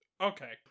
okay